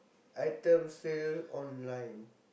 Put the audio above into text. item sale online